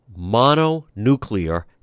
mononuclear